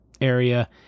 area